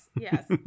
Yes